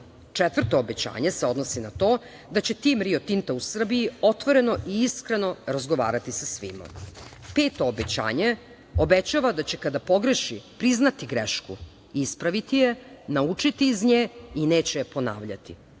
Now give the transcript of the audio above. obećanje se odnosi na to da će tim „Rio Tinta“ u Srbiji otvoreno i iskreno razgovarati sa svima. Peto obećanje obećava da će kada pogreši priznati grešku, ispraviti je, naučiti iz nje i neće je ponavljati.